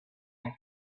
have